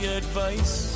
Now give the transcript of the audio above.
advice